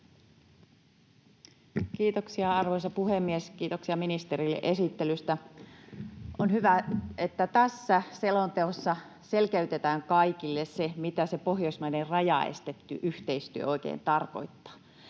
Kiitoksia, arvoisa puhemies! Kiitoksia ministerille esittelystä. On hyvä, että tässä selonteossa selkeytetään kaikille se, mitä se Pohjoismaiden rajaestetty yhteistyö oikein tarkoittaa.